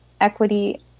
equity